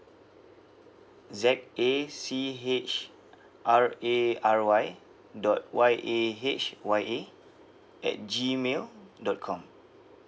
Z A C H R A R Y dot Y A H Y A at G mail dot com